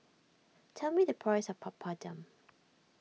tell me the price of Papadum